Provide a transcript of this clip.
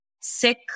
sick